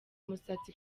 umusatsi